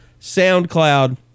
SoundCloud